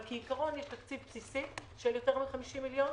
אבל כעיקרון יש תקציב בסיסי של יותר מ-50 מיליון,